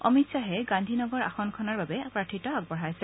অমিত শ্বাহে গান্ধী নগৰ আসনখনৰ বাবে প্ৰাৰ্থিত্ব আগবঢ়াইছে